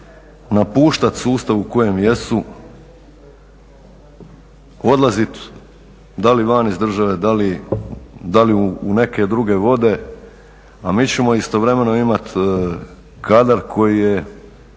napuštati sustav u kojem jesu, odlaziti da li van iz države, da li u neke druge vode, a mi ćemo istovremeno imati kadar koji je